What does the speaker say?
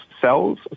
cells